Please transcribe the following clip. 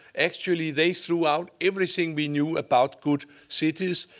actually, they threw out everything we knew about good cities.